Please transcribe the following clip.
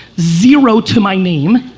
zero to my name,